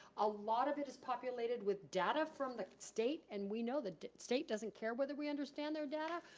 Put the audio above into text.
a lot of it is populated with data from the state and we know the state doesn't care whether we understand their data.